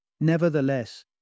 Nevertheless